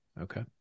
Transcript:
Okay